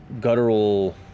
guttural